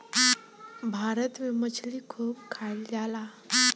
भारत में मछली खूब खाईल जाला